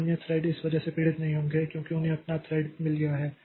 तो अन्य थ्रेड इस वजह से पीड़ित नहीं होंगे क्योंकि उन्हें अपना थ्रेड मिल गया है